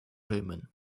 omen